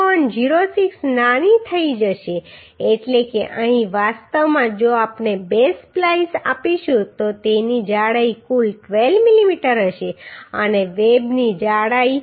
06 નાની થઈ જશે એટલે કે અહીં વાસ્તવમાં જો આપણે બે સ્પ્લાઈસ આપીશું તો તેની જાડાઈ કુલ 12 મીમી હશે અને વેબની જાડાઈ 7